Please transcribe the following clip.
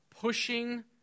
pushing